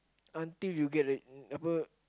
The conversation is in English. until you get it whenever